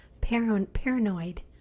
paranoid